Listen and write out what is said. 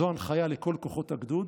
זו הנחיה לכל כוחות הגדוד: